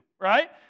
right